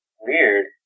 Weird